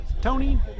Tony